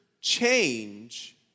change